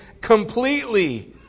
completely